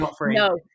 no